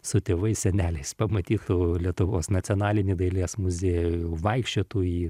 su tėvais seneliais pamatytų lietuvos nacionalinį dailės muziejų vaikščiotų į